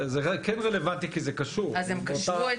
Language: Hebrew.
זה כן רלוונטי כי זה קשור -- אז הם קשרו את